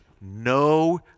no